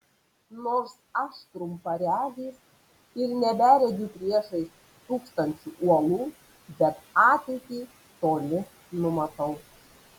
nors aš trumparegis ir neberegiu priešais stūksančių uolų bet ateitį toli numatau